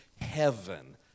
heaven